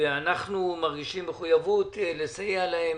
ואנחנו מרגישים מחויבות לסייע להם.